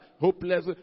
hopeless